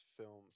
films